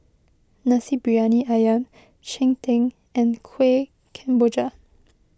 Nasi Briyani Ayam Cheng Tng and Kuih Kemboja